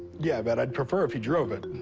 yeah, but i'd prefer if he drove it.